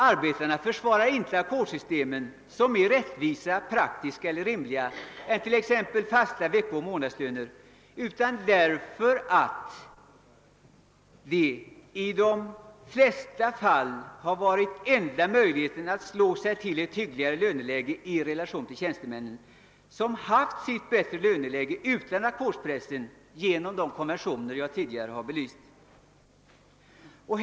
Arbetarna försvarar inte ackordssystemen som mer rättvisa, praktiska eller rimliga än t.ex. fasta veckoeller månadslöner, utan ackordssystemen har i de flesta fall varit enda möjligheten att slå sig till ett hyggligare löneläge i förhållande till tjänstemännen, som har haft sitt bättre löneläge utan ackordspressen, genom de konventioner som jag tidigare har talat om.